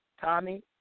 Tommy